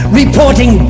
reporting